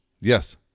Yes